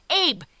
Abe